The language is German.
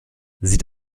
sieht